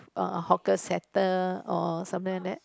uh hawker center or something like that